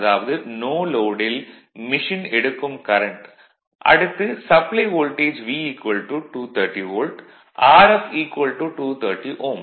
அதாவது நோ லோடில் மெஷின் எடுக்கும் கரண்ட் அடுத்து supply voltage V 230 volt Rf 230 Ω